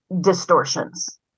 distortions